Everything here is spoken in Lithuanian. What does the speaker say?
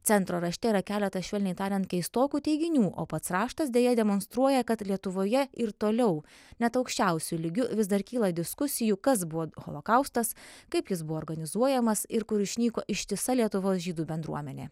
centro rašte yra keletas švelniai tariant keistokų teiginių o pats raštas deja demonstruoja kad lietuvoje ir toliau net aukščiausiu lygiu vis dar kyla diskusijų kas buvo holokaustas kaip jis buvo organizuojamas ir kur išnyko ištisa lietuvos žydų bendruomenė